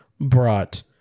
brought